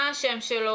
מה השם שלו,